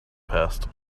passed